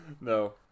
No